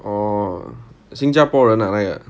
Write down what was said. orh 新加坡人 right